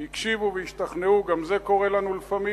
לאזרחים.